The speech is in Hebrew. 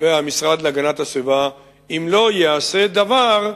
והמשרד להגנת הסביבה: אם לא ייעשה דבר,